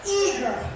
eager